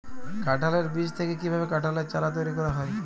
কাঁঠালের বীজ থেকে কীভাবে কাঁঠালের চারা তৈরি করা হয়?